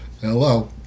Hello